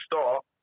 start